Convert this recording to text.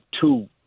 two